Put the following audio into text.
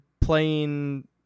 playing